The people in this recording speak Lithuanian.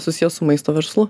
susijęs su maisto verslu